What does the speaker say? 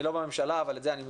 אני לא בממשלה אבל את זה אני מבין.